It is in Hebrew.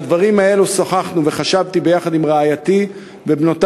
על הדברים האלו שוחחנו וחשבתי ביחד עם רעייתי ובנותי,